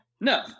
no